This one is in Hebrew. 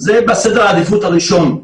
זה בסדר העדיפות הראשון.